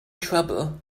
trouble